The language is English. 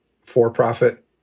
for-profit